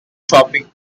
shopping